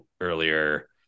earlier